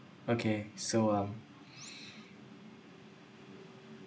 okay so um